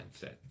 mindset